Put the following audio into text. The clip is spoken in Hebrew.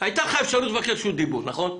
הייתה לך אפשרות לבקש רשות דיבור, נכון?